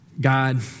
God